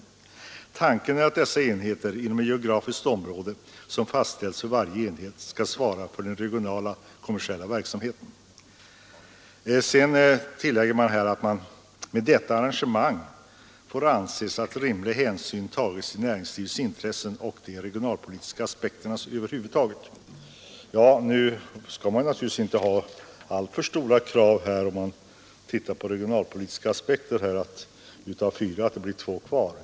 Tanken är då att dessa enheter — inom ett geografiskt område som fastställs för varje enhet — skall svara för den regionala kommersiella verksamheten.” Därefter tillägger kommunikationsministern i propositionen: ”Med detta arrangemang ——— får anses att rimlig hänsyn tagits till näringslivets intresse och de regionalpolitiska aspekterna över huvud taget.” Nu får man naturligtvis inte ha alltför stora krav om man ser på de regionalpolitiska aspekterna och finner att av fyra blir det två kvar.